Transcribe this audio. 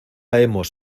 hemos